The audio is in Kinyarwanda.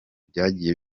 byagiye